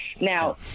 now